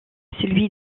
celui